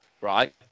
right